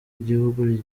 igihugu